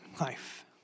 life